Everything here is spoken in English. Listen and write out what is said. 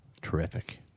terrific